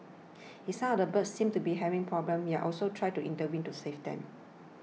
if some of the birds seem to be having problems you are also try to intervene to save them